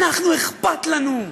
אנחנו, אכפת לנו.